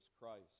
Christ